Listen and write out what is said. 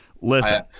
Listen